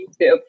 YouTube